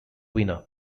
winner